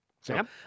Sam